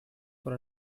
for